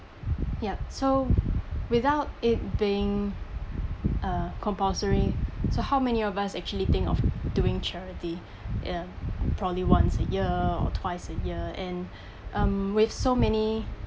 yup so without it being uh compulsory so how many of us actually think of doing charity ya probably once a year or twice a year and um with so many